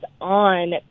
on